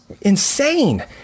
insane